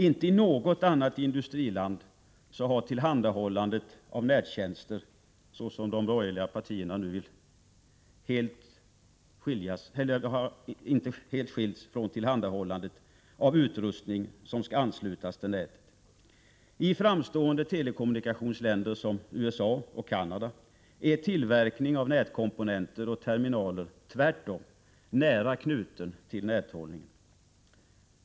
Inte i något annat industriland har tillhandahållandet av nättjänster, såsom de borgerliga partierna nu vill, helt skilts från tillhandahållandet av utrustning som skall anslutas till nätet. I framstående telekommunikationsländer som USA och Canada är tillverkning av nätkomponenter och terminaler tvärtom nära knuten till näthållningen.